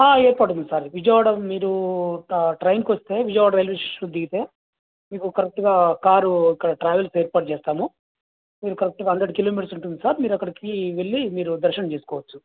ఏర్పాటుంది sir Vijayawada మీరు ఒక ట్రైన్కి వస్తే విజయవాడ రైల్వే స్టేషన్లో దిగితే మీకు కరెక్ట్గా కారు ఇక్కడ ట్రావెల్స్ది ఏర్పాటు చేస్తాము మీరు కరెక్ట్గా హండ్రెడ్ కిలోమీటర్స్ ఉంటుంది సార్ మీరక్కడికి వెళ్ళి మీరు దర్శనం చేసుకోవచ్చు